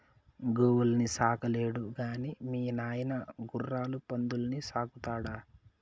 గోవుల్ని సాకలేడు గాని మీ నాయన గుర్రాలు పందుల్ని సాకుతాడా